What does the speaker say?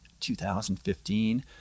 2015